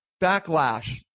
backlash